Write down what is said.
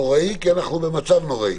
הוא נוראי כי אנחנו במצב נוראי.